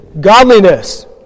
godliness